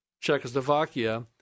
Czechoslovakia